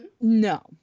No